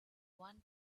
one